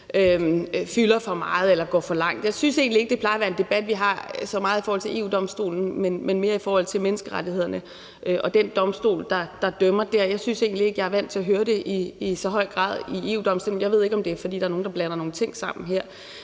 fylder for meget eller går for langt. Jeg synes egentlig ikke, det plejer være en debat, vi har så meget i forhold til EU-Domstolen, men mere i forhold til menneskerettighederne og den domstol, der dømmer der. Jeg synes egentlig ikke, jeg er vant til at høre det i så høj grad i forbindelse med EU-Domstolen. Jeg ved ikke, om det er, fordi der er nogen, der blander nogle ting sammen her,